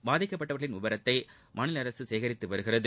பாதிக்கப்பட்டவர்களின் விவரத்தை மாநில அரசு சேகரித்து வருகிறது